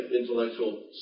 intellectual